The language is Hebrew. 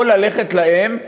או ללכת אליהם,